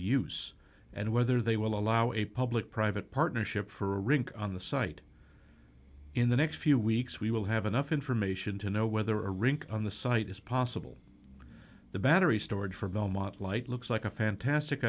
use and whether they will allow a public private partnership for a rink on the site in the next few weeks we will have enough information to know whether a rink on the site is possible the battery storage from belmont light looks like a fantastic